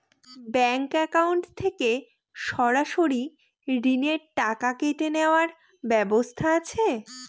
Bank account থেকে সরাসরি ঋণের টাকা কেটে নেওয়ার ব্যবস্থা আছে?